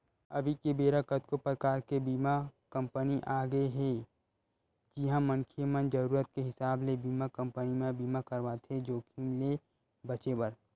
अभी के बेरा कतको परकार के बीमा कंपनी आगे हे जिहां मनखे मन जरुरत के हिसाब ले बीमा कंपनी म बीमा करवाथे जोखिम ले बचें बर